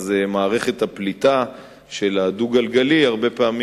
במערכת הפליטה של הדו-גלגלי הרבה פעמים